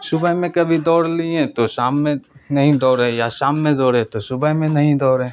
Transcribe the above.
صبح میں کبھی دور لئیں تو شام میں نہیں دوڑے یا شام میں دوڑے تو صبح میں نہیں دوڑے